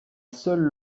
seule